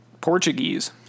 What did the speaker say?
Portuguese